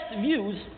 views